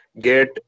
get